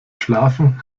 schlafen